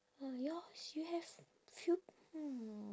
ah yours you have few hmm